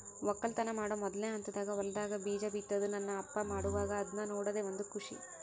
ವಕ್ಕಲತನ ಮಾಡೊ ಮೊದ್ಲನೇ ಹಂತದಾಗ ಹೊಲದಾಗ ಬೀಜ ಬಿತ್ತುದು ನನ್ನ ಅಪ್ಪ ಮಾಡುವಾಗ ಅದ್ನ ನೋಡದೇ ಒಂದು ಖುಷಿ